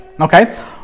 Okay